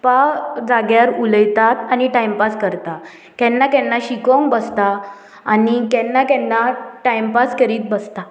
पा जाग्यार उलयतात आनी टायमपास करता केन्ना केन्ना शिकोंक बसता आनी केन्ना केन्ना टायमपास करीत बसता